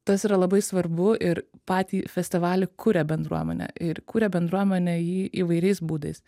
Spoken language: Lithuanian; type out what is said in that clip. tas yra labai svarbu ir patį festivalį kuria bendruomenė ir kuria bendruomenė jį įvairiais būdais